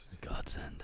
Godsend